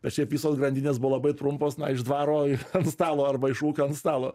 bet šiaip visos grandinės buvo labai trumpos na iš dvaro ant stalo arba iš ūkio ant stalo